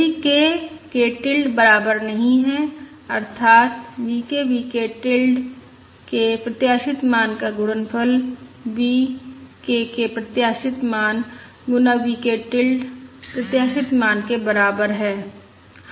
यदि k k tilde बराबर नहीं है अर्थात V k V k tilde के प्रत्याशित मान का गुणनफल V k के प्रत्याशित मान गुना V k टिल्ड प्रत्याशित मान के बराबर है